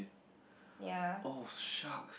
oh sharks